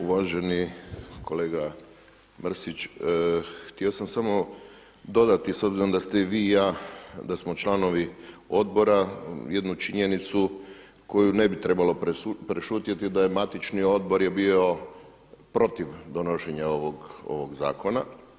Uvaženi kolega Mrsić, htio sam samo dodati s obzirom da ste i vi i ja da smo članovi odbora jednu činjenicu koju ne bi trebalo prešutjeti, da je matični odbor je bio protiv donošenja ovog zakona.